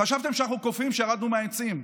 חשבתם שאנחנו קופים ושירדנו מהעצים.